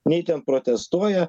nei ten protestuoja